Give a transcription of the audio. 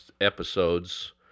episodes